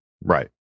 Right